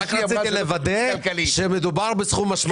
רק רציתי לוודא שמדובר בסכום משמעותי.